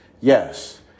Yes